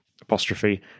apostrophe